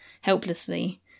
helplessly